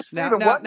Now